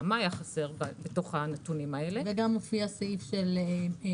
מה היה חסר בנתונים האלה- - גם מופיע לך סעיף של קנס,